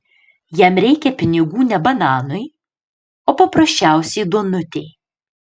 jam reikia pinigų ne bananui o paprasčiausiai duonutei